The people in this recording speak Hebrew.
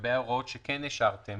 לגבי ההוראות שכן השארתם